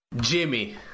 Jimmy